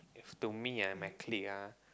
to me and my clique ah